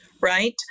right